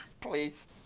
Please